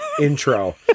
intro